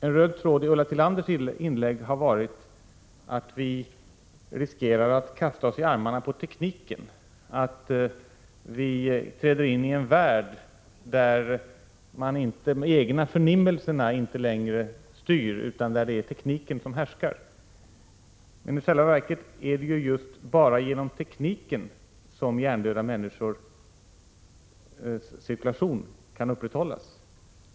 En röd tråd i Ulla Tillanders inlägg har varit att vi riskerar att kasta oss i 24 armarna på tekniken, att vi träder in i en värld där de egna förnimmelserna inte längre betyder något utan där tekniken härskar. Men i själva verket är det ju just bara genom tekniken som hjärndöda människors cirkulation kan upprätthållas.